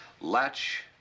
Latch